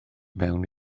mewn